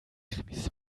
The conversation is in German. krimis